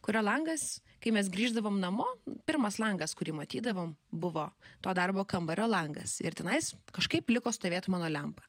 kurio langas kai mes grįždavom namo pirmas langas kurį matydavom buvo to darbo kambario langas ir tenais kažkaip liko stovėt mano lempa